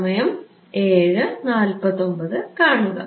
അതെ